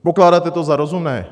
Pokládáte to za rozumné?